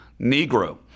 Negro